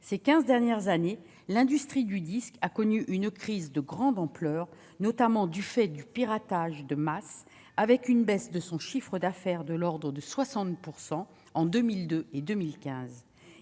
quinze dernières années, l'industrie du disque a connu une crise de grande ampleur, notamment du fait du piratage de masse, avec une baisse de son chiffre d'affaires de l'ordre de 60 % entre 2002 et 2015.